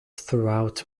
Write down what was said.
throughout